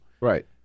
Right